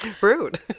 rude